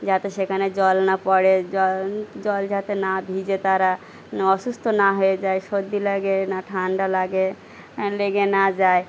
যাতে সেখানে জল না পড়ে জল জল যাতে না ভিজে তারা না অসুস্থ না হয়ে যায় সর্দি লাগে না ঠান্ডা লাগে লেগে না যায়